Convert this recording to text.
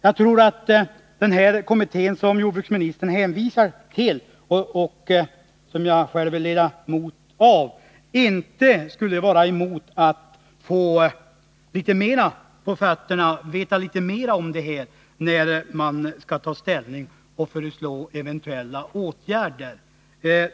Jag tror att den kommitté som jordbruksministern hänvisar till och som jag själv är ledamot av inte skulle ha någonting emot att få veta litet mera om detta när man skall ta ställning och föreslå eventuella åtgärder.